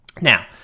Now